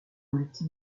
multi